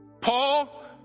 Paul